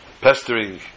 pestering